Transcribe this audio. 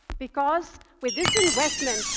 because, with this investment,